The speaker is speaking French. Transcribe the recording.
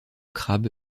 crabe